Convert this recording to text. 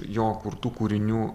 jo kurtų kūrinių